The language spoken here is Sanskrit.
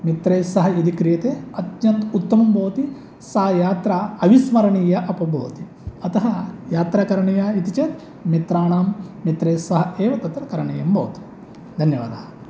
मित्रैः सह यदि क्रियते अत्यन्त उत्तमं भवति सा यात्रा अविस्मरणीया अपि भवति अतः यात्रा करणीया इति चेत् मित्राणां मित्रैस्सह एव तत्र करणीयं भवति धन्यवादाः